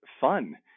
fun